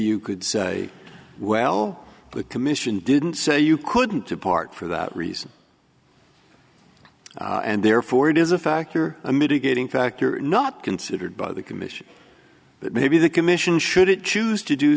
you could say well the commission didn't say you couldn't to part for that reason and therefore it is a factor a mitigating factor not considered by the commission that maybe the commission should it choose to do